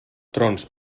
trons